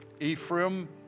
Ephraim